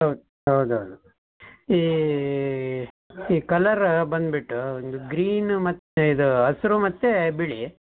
ಹೌದು ಹೌದು ಹೌದು ಈ ಈ ಕಲರ್ ಬಂದ್ಬಿಟ್ಟು ಒಂದು ಗ್ರೀನು ಮತ್ತು ಇದು ಹಸ್ರು ಮತ್ತು ಬಿಳಿ